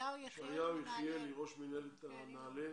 ישעיהו יחיאלי, ראש מינהלת נעל"ה.